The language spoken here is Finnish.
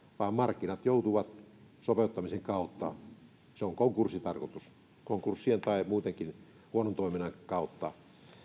vaan markkinoilla joudutaan toimimaan sopeuttamisen se on konkurssin tarkoitus eli konkurssien tai muun huonon toiminnan kautta